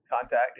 contact